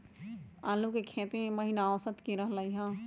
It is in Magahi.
आलू के कीमत ई महिना औसत की रहलई ह?